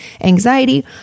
anxiety